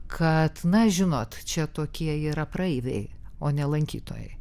kad na žinot čia tokie yra praeiviai o ne lankytojai